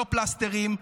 לא פלסטרים.